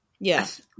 yes